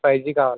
five G కావాలి